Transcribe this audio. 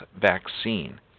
vaccine